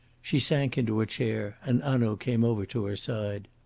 she sank into her chair, and hanaud came over to her side.